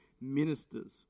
ministers